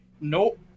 Nope